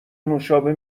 نوشابه